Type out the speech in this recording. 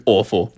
Awful